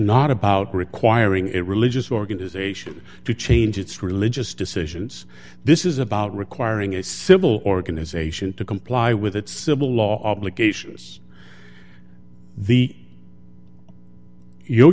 not about requiring a religious organization to change its religious decisions this is about requiring a civil organization to comply with its civil law obligations the you